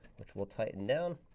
which we'll tighten down.